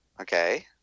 Okay